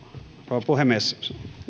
rouva puhemies